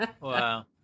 Wow